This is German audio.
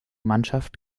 mannschaft